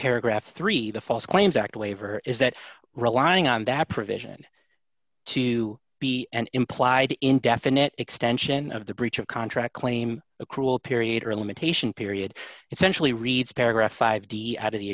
paragraph three the false claims act waiver is that relying on that provision to be an implied indefinite extension of the breach of contract claim accrual period or limitation period essentially reads paragraph five out of the